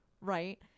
right